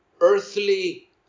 earthly